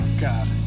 God